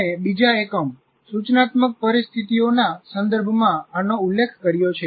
આપણે બીજા એકમ સૂચનાત્મક પરિસ્થિતિઓના સંદર્ભમાં આનો ઉલ્લેખ કર્યો છે